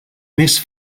més